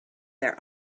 their